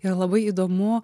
ir labai įdomu